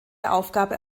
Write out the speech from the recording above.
aufgabe